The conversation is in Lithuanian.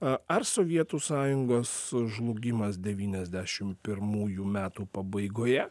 a ar sovietų sąjungos žlugimas devyniasdešim pirmųjų metų pabaigoje